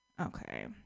Okay